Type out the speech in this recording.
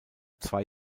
zwei